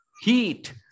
Heat